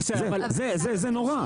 זה נורא,